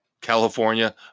California